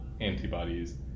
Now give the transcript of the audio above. antibodies